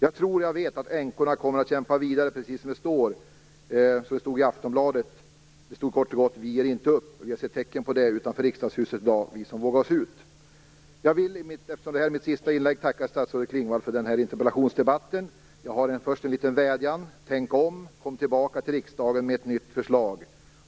Jag tror och jag vet att änkorna kommer att kämpa vidare, precis som det stod i Aftonbladet. Det stod kort och gott: Vi ger inte upp! Vi som vågat oss ut har sett tecken på detta utanför Riksdagshuset i dag. Eftersom detta är mitt sista inlägg vill jag tacka statsrådet Klingvall för den här interpellationsdebatten. Jag har också en liten vädjan: Tänk om! Kom tillbaka till riksdagen med ett nytt förslag!